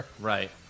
Right